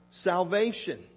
salvation